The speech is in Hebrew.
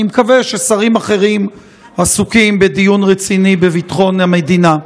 אני מקווה ששרים אחרים עסוקים בדיון רציני בביטחון המדינה.